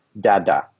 dada